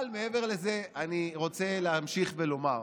אבל מעבר לזה, אני רוצה להמשיך ולומר: